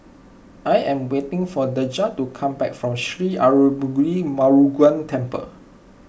I am waiting for Deja to come back from Sri Arulmigu Murugan Temple